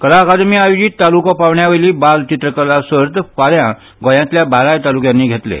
कला अकादमी आयोजीत तालूको पांवड्या वयल्या चित्रकला सर्त फाल्यां गोंयांतल्या बाराय तालुक्यांनी घेतले